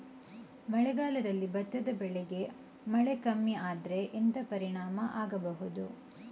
ಮಳೆಗಾಲದಲ್ಲಿ ಭತ್ತದ ಬೆಳೆಗೆ ಮಳೆ ಕಮ್ಮಿ ಆದ್ರೆ ಎಂತ ಪರಿಣಾಮ ಆಗಬಹುದು?